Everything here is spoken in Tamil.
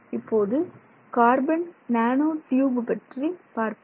இப்போது கார்பன் நேனோ டியூப் பற்றி பார்ப்போம்